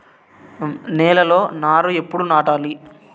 నేలలో నారు ఎప్పుడు నాటాలి?